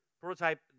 Prototype